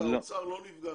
האוצר לא נפגע,